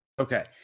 Okay